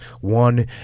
One